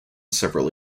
several